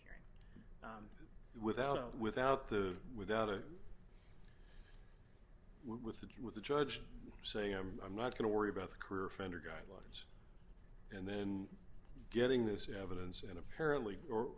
evidence without without the without a with that with the judge saying i'm i'm not going to worry about the career friend or guidelines and then getting this evidence in apparently or